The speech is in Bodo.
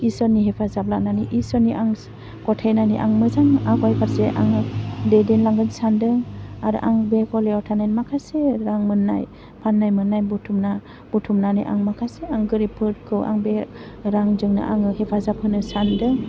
इसोरनि हेफाजाब लानानै इसोरनि आं गथायनानै आं मोजां आवगायफारसे आङो दैदेनलांगोन सानदों आरो आं बे गलायाव थानायनि माखासे रां मोननाय फाननाय मोननाय बुथुमना बुथुमनानै आं माखासे आं गोरिबफोरखौ आं बे रांजोंनो आङो हेफाजाब होनो सानदों